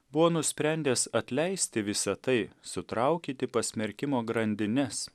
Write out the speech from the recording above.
buvo nusprendęs atleisti visa tai sutraukyti pasmerkimo grandines